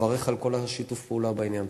ומברך על כל שיתוף הפעולה בעניין.